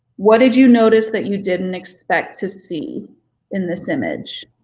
what did you notice that you didn't expect to see in this image?